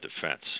defense